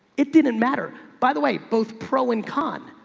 it didn't matter by the way, both pro and con.